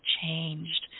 changed